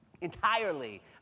entirely